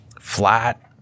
flat